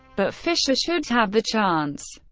but fischer should have the chance.